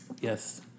Yes